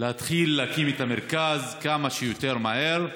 להתחיל להקים את המרכז כמה שיותר מהר.